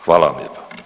Hvala vam lijepa.